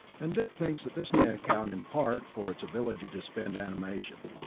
and dick thinks that this may account in part for its ability to suspend animation.